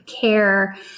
care